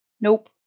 Nope